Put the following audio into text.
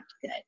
good